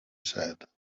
said